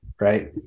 right